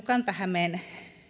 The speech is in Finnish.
kanta hämeen